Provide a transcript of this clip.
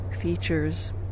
features